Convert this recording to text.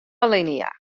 alinea